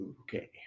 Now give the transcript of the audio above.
Okay